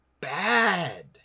bad